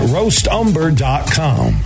RoastUmber.com